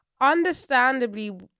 Understandably